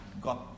got